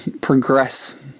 progress